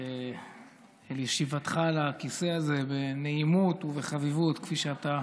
אל ישיבתך על הכיסא הזה בנעימות ובחביבות כפי שאתה